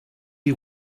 you